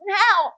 now